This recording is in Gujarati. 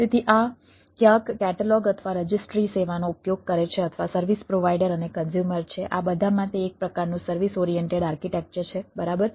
તેથી આ ક્યાંક કેટલોગ અથવા રજિસ્ટ્રી સેવાનો ઉપયોગ કરે છે અથવા સર્વિસ પ્રોવાઈડર અને કન્ઝ્યુમર છે આ બધામાં તે એક પ્રકારનું સર્વિસ ઓરિએન્ટેડ આર્કિટેક્ચર છે બરાબર